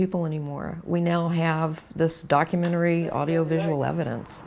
people anymore we now have this documentary audio visual evidence